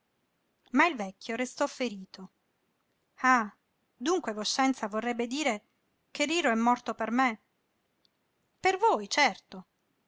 ma il vecchio restò ferito ah dunque voscenza vorrebbe dire che riro è morto per me per voi certo